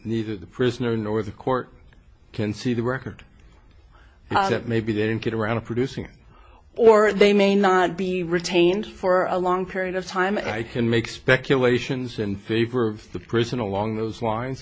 neither the prisoner nor the court can see the record that maybe they didn't get around to producing or they may not be retained for a long period of time i can make speculations in favor of the person along those lines